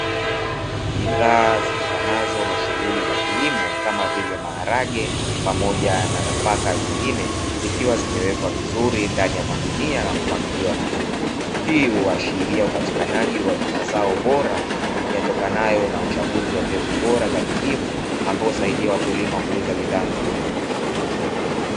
Bidhaa zitokanazo na shughuli za kilimo, kama vile maharage pamoja na nafaka zingine, zikiwa zimewekwa vizuri ndani ya magunia na kupangiliwa vizuri. Hii huashiria upatikanaji wa mazao bora yatokanayo na uchaguzi wa mbegu bora za kilimo, ambazo husaidia wakulima kuuza bidhaa nzuri.